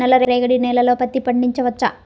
నల్ల రేగడి నేలలో పత్తి పండించవచ్చా?